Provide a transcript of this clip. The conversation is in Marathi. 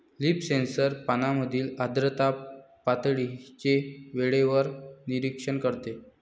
लीफ सेन्सर पानांमधील आर्द्रता पातळीचे वेळेवर निरीक्षण करते